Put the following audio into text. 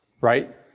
right